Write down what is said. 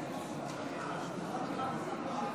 כי לא התקבל הרוב הדרוש.